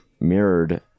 mirrored